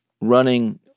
running